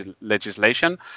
legislation